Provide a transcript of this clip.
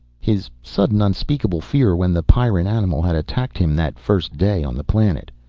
his sudden unspeakable fear when the pyrran animal had attacked him that first day on the planet.